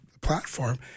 platform